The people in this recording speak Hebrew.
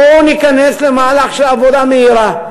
בואו ניכנס למהלך של עבודה מהירה.